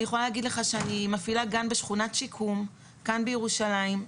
אני יכולה להגיד לך שאני מפעילה גן בשכונת שיקום כאן בירושלים,